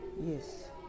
Yes